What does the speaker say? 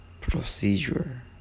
procedure